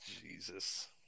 jesus